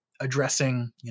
addressing